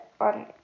on